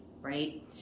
right